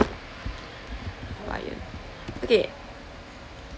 okay